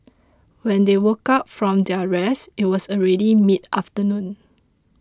when they woke up from their rest it was already mid afternoon